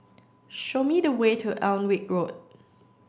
show me the way to Alnwick Road